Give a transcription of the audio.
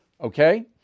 okay